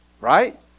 right